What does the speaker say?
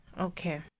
Okay